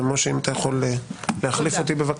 משה, אם אתה יכול להחליף אותו.